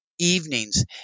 evenings